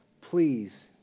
please